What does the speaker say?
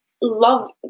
love